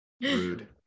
Rude